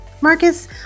Marcus